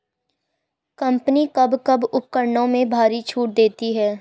Company कब कब उपकरणों में भारी छूट देती हैं?